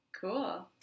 Cool